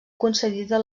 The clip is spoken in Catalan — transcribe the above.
concedida